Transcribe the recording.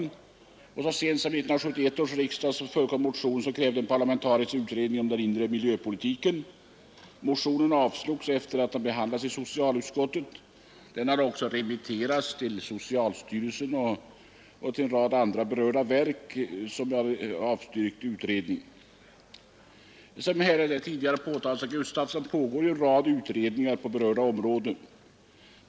Så sent som vid 1971 års riksdag förekom en motion som krävde en parlamentarisk utredning om den inre miljöpolitiken. Motionen avslogs efter behandling i socialutskottet. Den hade också remitterats till socialstyrelsen och en rad andra verk, som avstyrkt utredning. Som här tidigare sagts av herr Gustavsson i Alvesta pågår en rad utredningar på berörda område.